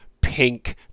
pink